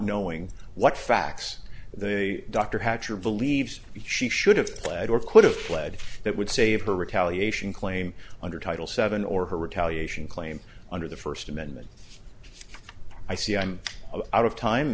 knowing what facts the dr hatcher believes she should have pled or could have fled that would save her retaliation claim under title seven or her retaliation claim under the first amendment i see i'm out of time